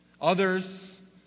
Others